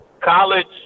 college